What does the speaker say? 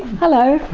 hello.